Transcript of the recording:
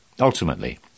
Ultimately